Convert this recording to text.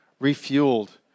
refueled